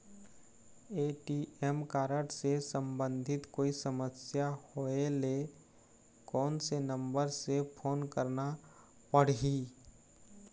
ATM card से संबंधित कोई समस्या होय ले, कोन से नंबर से फोन करना पढ़ही?